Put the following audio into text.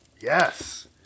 Yes